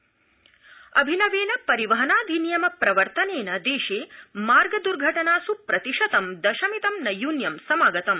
लोकसभा अभिनवेन परिवहनाधिनियम प्रवर्तनेन देशे मार्ग दुर्घटनासू प्रतिशतं दशमितं नैयून्यम् समागतम्